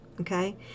Okay